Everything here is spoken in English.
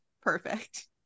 Perfect